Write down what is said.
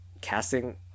casting